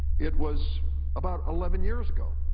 it was about eleven years ago.